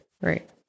right